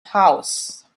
house